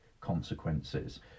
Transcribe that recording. consequences